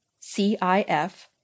CIF